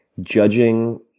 judging